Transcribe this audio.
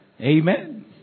Amen